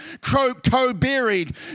co-buried